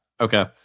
Okay